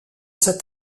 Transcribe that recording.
cet